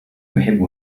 أحب